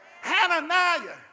Hananiah